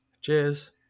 Cheers